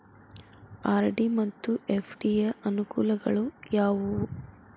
RD ಮತ್ತು FD ಯ ಅನುಕೂಲಗಳು ಯಾವವು?